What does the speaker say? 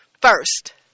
First